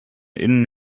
innen